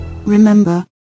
Remember